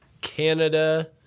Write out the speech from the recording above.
Canada